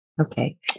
Okay